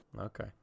okay